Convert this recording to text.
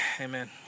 amen